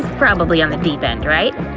probably on the deep end, right?